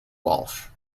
walsh